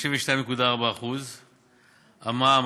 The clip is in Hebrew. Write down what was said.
52.4%; המע"מ,